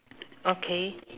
okay